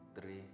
three